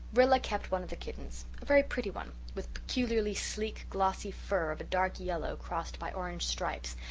rilla kept one of the kittens, a very pretty one, with peculiarly sleek glossy fur of a dark yellow crossed by orange stripes,